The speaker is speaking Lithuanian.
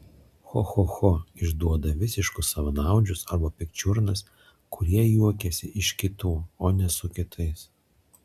cho cho cho išduoda visiškus savanaudžius arba pikčiurnas kurie juokiasi iš kitų o ne su kitais